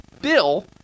Bill